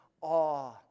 awe